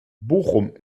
bochum